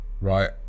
right